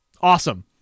Awesome